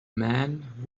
man